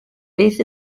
beth